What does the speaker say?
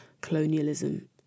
colonialism